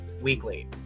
weekly